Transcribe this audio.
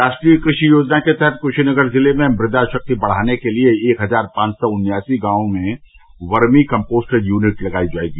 राष्ट्रीय कृषि योजना के तहत कुशीनगर जिले में मृदा शक्ति बढ़ाने के लिये एक हजार पांच सौ उन्यासी गांवों में वर्मी कम्पोस्ट यूनिट लगायी जायेगी